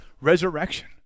resurrection